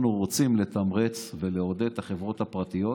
אנחנו רוצים לתמרץ ולעודד את החברות הפרטיות